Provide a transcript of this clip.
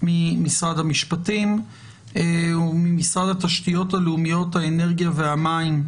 ממשרד המשפטים וממשרד התשתיות הלאומיות האנרגיה והמים,